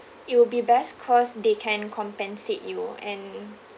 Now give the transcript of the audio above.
it will be best cause they can compensate you and